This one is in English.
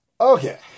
Okay